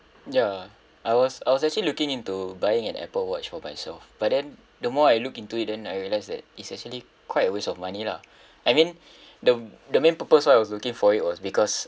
ya I was I was actually looking into buying an Apple watch for myself but then the more I look into it and I realise that it's actually quite a waste of money lah I mean the the main purpose why I was looking for it was because